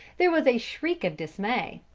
there was a shriek of dismay,